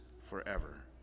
forever